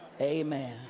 amen